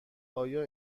آیا